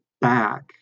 back